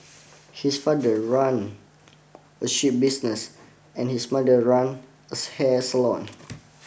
his father run a ship business and his mother run as hair salon